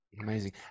amazing